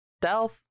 Stealth